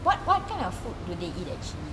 what what kind of food do they eat actually